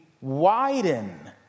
widen